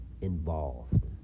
involved